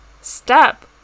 step